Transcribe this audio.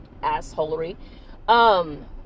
assholery